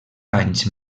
anys